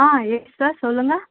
ஆ yes sir சொல்லுங்க